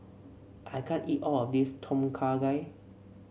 I can't eat all of this Tom Kha Gai